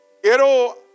Quiero